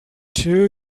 two